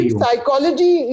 psychology